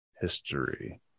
history